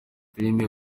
filime